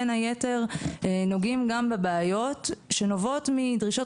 בין היתר נוגעים גם בבעיות שנובעות מדרישות